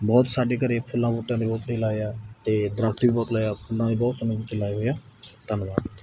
ਬਹੁਤ ਸਾਡੇ ਘਰੇ ਫੁੱਲਾਂ ਬੂਟਿਆਂ ਦੇ ਪੌਦੇ ਲਾਏ ਆ ਅਤੇ ਦਰੱਖਤ ਵੀ ਬਹੁਤ ਲਾਏ ਆ ਫੁੱਲਾਂ ਦੇ ਬਹੁਤ ਸੋਹਣੇ ਬੂਟੇ ਲਾਏ ਹੋਏ ਆ ਧੰਨਵਾਦ